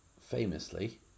Famously